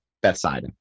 Bethsaida